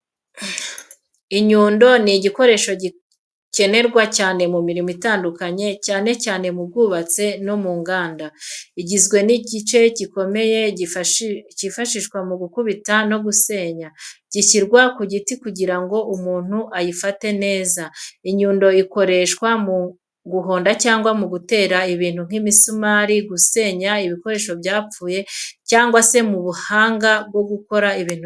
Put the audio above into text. Inyundo ni igikoresho gikenerwa cyane mu mirimo itandukanye cyane cyane mu bwubatsi no mu nganda. Igizwe n’igice cy’icyuma gikomeye cyifashishwa mu gukubita no gusenya, gishyirwa ku giti kugira ngo umuntu ayifate neza. Inyundo ikoreshwa mu guhonda cyangwa mu gutera ibintu nk’imisumari, gusenya ibikoresho byapfuye, cyangwa se mu buhanga bwo gukora ibintu bitandukanye.